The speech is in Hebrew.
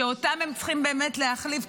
שאותם הם צריכים באמת להחליף,